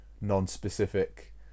non-specific